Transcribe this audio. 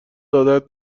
عادت